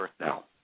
now